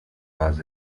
hours